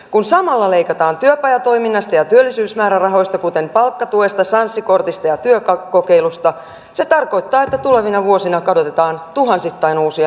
kun samalla leikataan työpajatoiminnasta ja työllisyysmäärärahoista kuten palkkatuesta sanssi kortista ja työkokeilusta se tarkoittaa että tulevina vuosina kadotetaan tuhansittain uusia nuoria